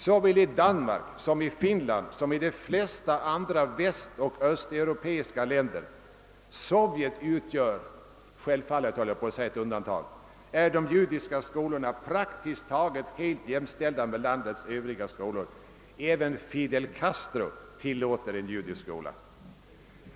Såväl i Danmark och Finland som i de flesta andra västoch östeuropeiska länder — Sovjet utgör där, självfallet, höll jag på att säga, ett undantag — är de judiska skolorna praktiskt taget helt jämställda med landets övriga skolor. även Fidel Castro tillåter en judisk skola.